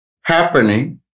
happening